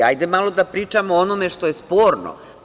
Hajde malo da pričamo o onome što je sporno.